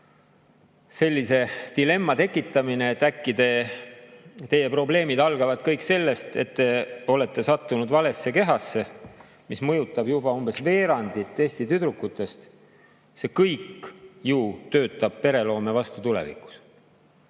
sellise dilemma tekitamine, et äkki tema probleemid algavad kõik sellest, et ta on sattunud valesse kehasse, mis mõjutab juba umbes veerandit Eesti tüdrukutest – see kõik ju töötab pereloome vastu tulevikus,